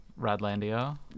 Radlandia